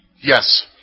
Yes